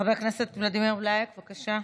חבר הכנסת ולדימיר בליאק, בבקשה.